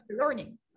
learning